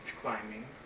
climbing